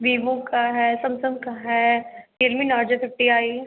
Vivo का है Samsung का है रियलमी नारजे फिफ्टी आई